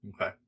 Okay